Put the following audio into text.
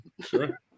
sure